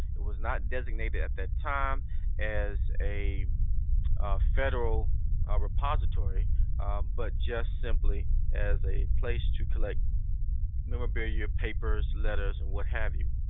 it was not designated at that time as a federal repository but just simply as a place to collect memorabilia, papers, letters, and what have you.